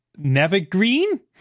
nevergreen